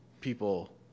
people